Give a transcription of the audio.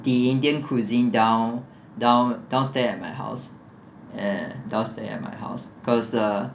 the indian cuisine down down downstair at my house eh downstair at my house cause the